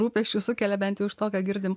rūpesčių sukelia bent jau iš to ką girdim